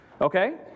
Okay